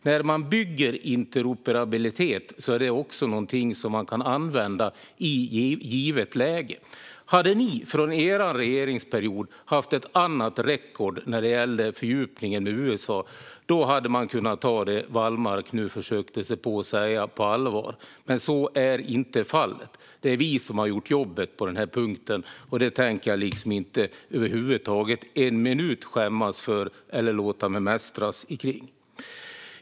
När vi bygger interoperabilitet är det också någonting vi kan använda i ett givet läge. Hade man under sin regeringsperiod haft ett annat record när det gäller fördjupningen med USA hade man kunnat ta det Wallmark nu försökte säga på allvar, men så är inte fallet. Det är vi som har gjort jobbet på den här punkten, och det tänker jag inte över huvud taget - ens för en minut - skämmas för eller låta mig mästras kring.